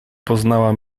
poznała